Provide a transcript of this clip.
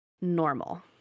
normal